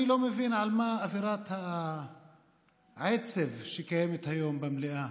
אני לא מבין על מה אווירת העצב שקיימת היום במליאה.